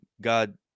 God